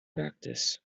practice